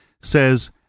says